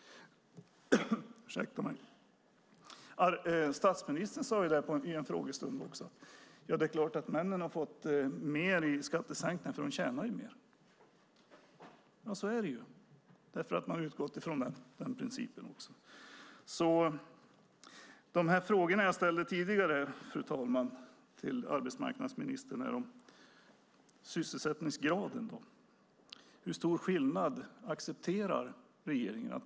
Statsministern sade det i en frågestund också. Ja, det är klart att männen har fått mer i skattesänkningar, för de tjänar mer. Ja, så är det, därför att man har utgått från den principen. Jag ställde tidigare frågor, fru talman, till arbetsmarknadsministern om sysselsättningsgraden. Hur stor skillnad accepterar regeringen?